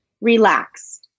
Relax